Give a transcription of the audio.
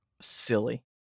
silly